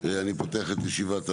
אני פותח את ישיבת הוועדה.